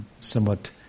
somewhat